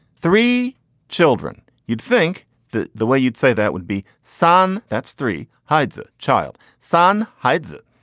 three children. you'd think that the way you'd say that would be, son, that's three hides a child, son hides it.